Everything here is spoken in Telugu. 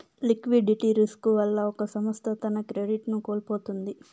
లిక్విడిటీ రిస్కు వల్ల ఒక సంస్థ తన క్రెడిట్ ను కోల్పోతుంది